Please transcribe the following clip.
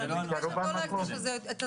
אבל אני מבקשת לא להקדיש לזה את הזמן,